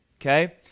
Okay